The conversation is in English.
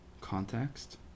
Context